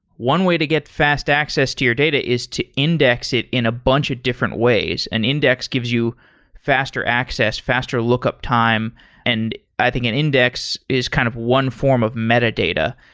one way to get fast access to your data is to index it in a bunch of different ways. an index gives you faster access, faster lookup time. and i think an index is kind of one form of metadata,